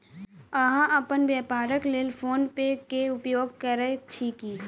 अहाँ अपन व्यापारक लेल फ़ोन पे के उपयोग करै छी की?